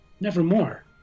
nevermore